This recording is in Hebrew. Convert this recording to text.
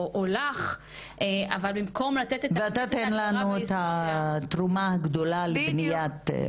או לך--- ואתה תן לנו את התרומה הגדולה לבניית---